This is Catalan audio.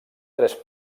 tres